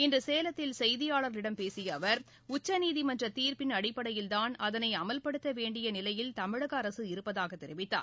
இன்று சேலத்தில் செய்தியாளர்களிடம் பேசிய அவர் உச்சநீதிமன்ற தீர்ப்பின் அடிப்படையில்தான் அதளை அமல்படுத்த வேண்டிய நிலையில் தமிழக அரசு இருப்பதாக தெரிவித்தார்